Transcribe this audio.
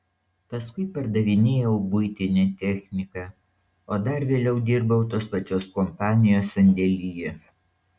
paskui pardavinėjau buitinę techniką o dar vėliau dirbau tos pačios kompanijos sandėlyje